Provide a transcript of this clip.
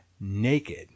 naked